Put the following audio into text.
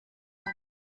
him